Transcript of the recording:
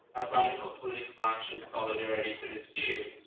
radical political action, solidarity could assume.